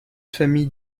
famille